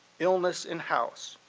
illness in-house.